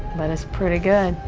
but it's pretty good.